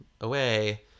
away